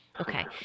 Okay